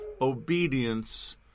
obedience